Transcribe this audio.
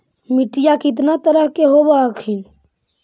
मिट्टीया कितना तरह के होब हखिन?